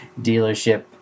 dealership